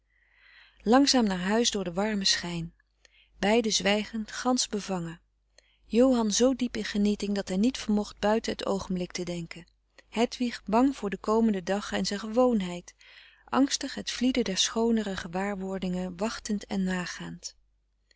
langzaam naar huis door den warmen schijn beiden zwijgend gansch bevangen johan zoo diep in genieting dat hij niet vermocht buiten het oogenblik te denken hedwig bang voor den komenden dag en zijn gewoonheid angstig het vlieden der schoonere gewaarwordingen wachtend en nagaand